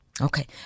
Okay